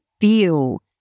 feel